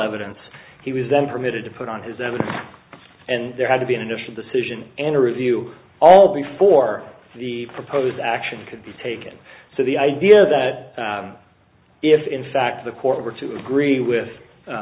evidence he was then permitted to put on his evidence and there had to be an initial decision and a review all before the proposed action could be taken so the idea that if in fact the court were to agree with